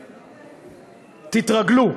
תתרגלו.